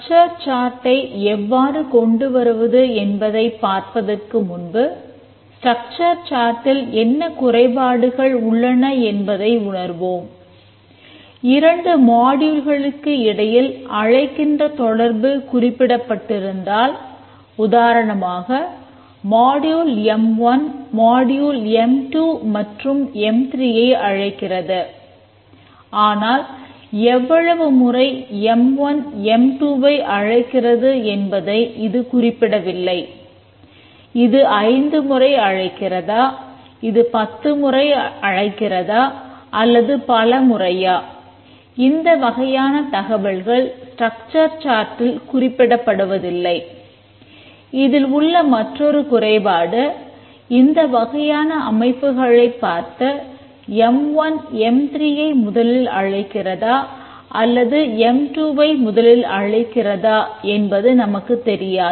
structure சார்ட்டைவை முதலில் அழைக்கிறதா என்பது நமக்குத் தெரியாது